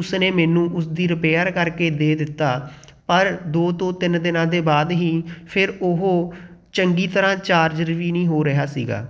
ਉਸਨੇ ਮੈਨੂੰ ਉਸ ਦੀ ਰਿਪੇਅਰ ਕਰਕੇ ਦੇ ਦਿੱਤਾ ਪਰ ਦੋ ਤੋਂ ਤਿੰਨ ਦਿਨਾਂ ਦੇ ਬਾਅਦ ਹੀ ਫਿਰ ਉਹ ਚੰਗੀ ਤਰ੍ਹਾਂ ਚਾਰਜਰ ਵੀ ਨਹੀਂ ਹੋ ਰਿਹਾ ਸੀਗਾ